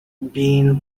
being